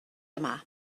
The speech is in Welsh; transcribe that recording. yma